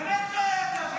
באמת לא היה צבא.